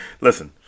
listen